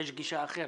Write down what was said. יש גישה אחרת.